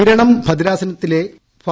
നിരണം ഭദ്രാസനത്തിലെ ഫാ